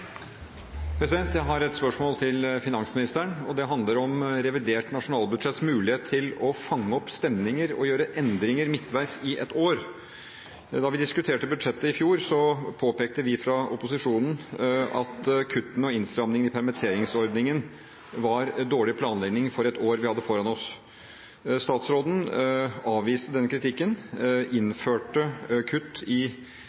Jeg har et spørsmål til finansministeren, og det handler om revidert nasjonalbudsjetts mulighet til å fange opp stemninger og gjøre endringer midtveis i et år. Da vi diskuterte budsjettet i fjor, påpekte vi fra opposisjonen at kuttene og innstrammingen i permitteringsordningene var dårlig planlegging for det året vi hadde foran oss. Statsråden avviste den kritikken, innførte kutt i